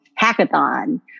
hackathon